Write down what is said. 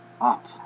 up